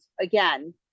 again